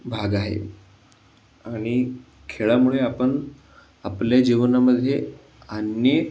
भाग आहे आणि खेळामुळे आपण आपल्या जीवनामध्ये अनेक